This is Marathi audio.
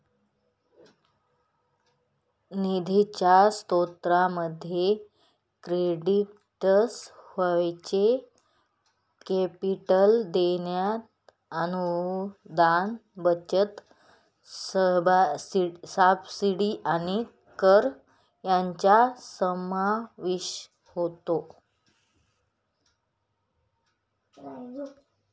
निधीच्या स्त्रोतांमध्ये क्रेडिट्स व्हेंचर कॅपिटल देणग्या अनुदान बचत सबसिडी आणि कर यांचा समावेश होतो